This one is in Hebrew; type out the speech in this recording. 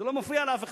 זה לא מפריע לאף אחד.